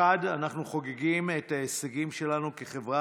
מחד גיסא אנחנו חוגגים את ההישגים שלנו כחברה